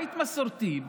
בית מסורתי,